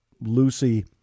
Lucy